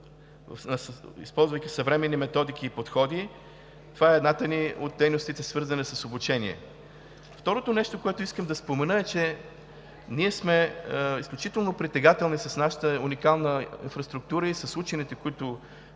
използвайки съвременни методики и подходи. Това е една от дейностите ни, свързана с обучение. Второто нещо, което искам да спомена, е, че ние сме изключително притегателни с нашата уникална инфраструктура и с учените, които